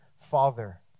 father